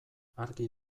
argi